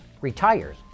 retires